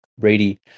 Brady